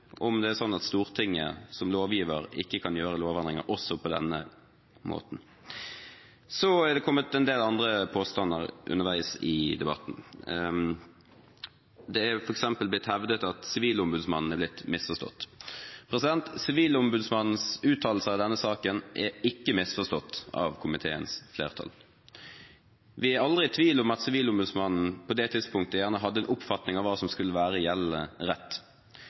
om Stortinget som lovgiver ikke kan gjøre lovendringer også på denne måten. Så er det kommet en del andre påstander underveis i debatten. Det er f.eks. blitt hevdet at Sivilombudsmannen er blitt misforstått. Sivilombudsmannens uttalelser i denne saken er ikke misforstått av komiteens flertall. Vi er aldri i tvil om at Sivilombudsmannen på det tidspunktet gjerne hadde en oppfatning av hva som skulle være gjeldende rett.